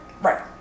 Right